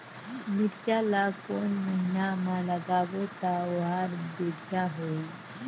मिरचा ला कोन महीना मा लगाबो ता ओहार बेडिया होही?